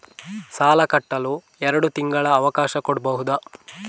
ಸಾಲ ಕಟ್ಟಲು ಎರಡು ತಿಂಗಳ ಅವಕಾಶ ಕೊಡಬಹುದಾ?